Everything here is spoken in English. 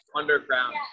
Underground